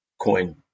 coin